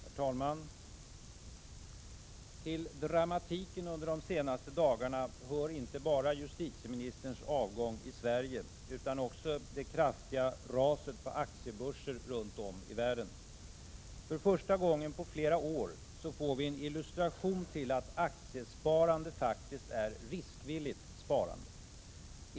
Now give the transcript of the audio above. Herr talman! Till dramatiken under de senaste dagarna hör inte bara justitieministerns avgång i Sverige utan också det kraftiga raset på aktiebörser runt om i världen. För första gången på flera år får vi en illustration till att aktiesparande faktiskt är riskvilligt sparande.